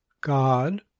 God